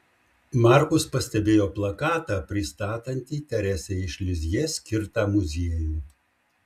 markus pastebėjo plakatą pristatantį teresei iš lizjė skirtą muziejų